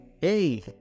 Hey